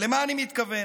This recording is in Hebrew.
למה אני מתכוון?